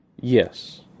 Yes